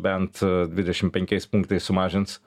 bent dvidešim penkiais punktais sumažins